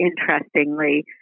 interestingly